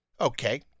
Okay